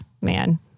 man